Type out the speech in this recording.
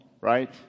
right